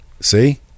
See